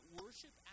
worship